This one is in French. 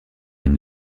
une